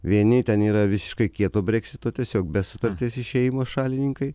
vieni ten yra visiškai kieto breksito tiesiog be sutarties išėjimo šalininkai